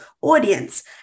audience